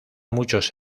muchos